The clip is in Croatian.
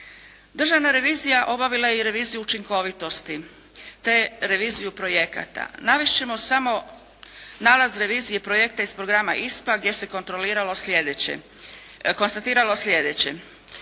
Državna revizija obavila je i reviziju učinkovitosti te reviziju projekata. Navest ćemo samo nalaz revizije projekta iz programa ISPA gdje se kontroliralo slijedeće,